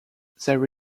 there